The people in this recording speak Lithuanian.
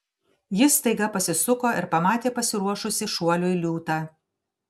jis staiga pasisuko ir pamatė pasiruošusį šuoliui liūtą